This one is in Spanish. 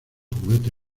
juguete